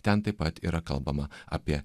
ten taip pat yra kalbama apie